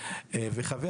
חשוב